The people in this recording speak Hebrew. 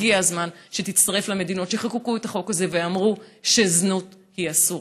הגיע הזמן שתצטרף למדינות שחוקקו את החוק הזה ואמרו שזנות היא אסורה.